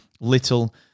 little